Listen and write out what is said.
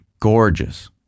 gorgeous